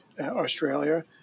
Australia